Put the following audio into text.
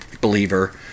believer